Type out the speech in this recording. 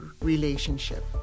relationship